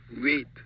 Wait